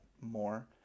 more